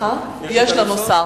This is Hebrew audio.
יש לנו שר.